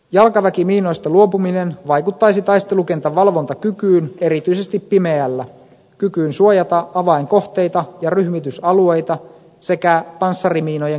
jalkaväkimiinoista luopuminen vaikuttaisi taistelukentän valvontakykyyn erityisesti pimeällä kykyyn suojata avainkohteita ja ryhmitysalueita sekä panssarimiinojen käyttöperiaatteisiin